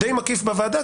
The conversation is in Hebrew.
די מקיף בוועדה,